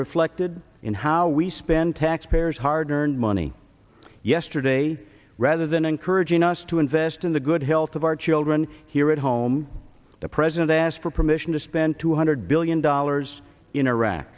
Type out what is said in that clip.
reflected in how we spend taxpayers hard earned money yesterday rather than encouraging us to invest in the good health of our children here at home the president asked for permission to spend two hundred billion dollars in iraq